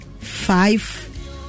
Five